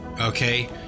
okay